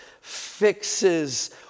fixes